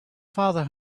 father